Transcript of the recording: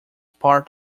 part